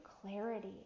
clarity